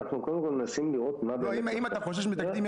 אבל קודם כול אנחנו מנסים לראות מה באמת --- אם אתה חושש מתקדים,